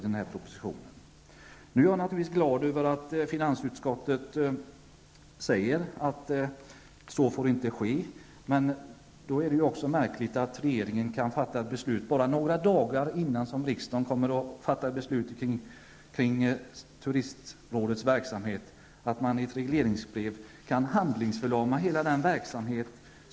Jag är naturligtvis glad över att finansutskottet säger att staten måste fortsätta att främja turismen, men då är det ju märkligt att regeringen kan besluta att handlingsförlama Sveriges turistråd bara några dagar innan riksdagen fattar beslut om turistrådets fortsatta verksamhet.